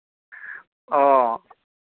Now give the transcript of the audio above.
ᱚ